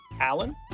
alan